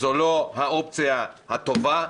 הן לא האופציה הטובה,